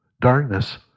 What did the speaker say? darkness